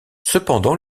cependant